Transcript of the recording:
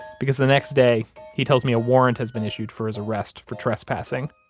because the next day he tells me a warrant has been issued for his arrest for trespassing.